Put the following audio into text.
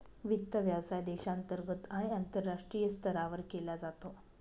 वित्त व्यवसाय देशांतर्गत आणि आंतरराष्ट्रीय स्तरावर केला जातो